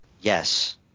Yes